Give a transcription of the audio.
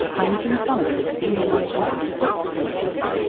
i'm jean thomas's senior managing producer sleep podcast.